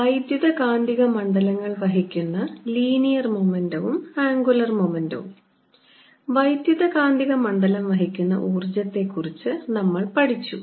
വൈദ്യുതകാന്തിക മണ്ഡലങ്ങൾ വഹിക്കുന്ന ലീനിയർ മൊമെൻ്റവും ആംഗുലർ മൊമെൻ്റവും വൈദ്യുതകാന്തികമണ്ഡലം വഹിക്കുന്ന ഊർജ്ജത്തെക്കുറിച്ച് നമ്മൾ പഠിച്ചു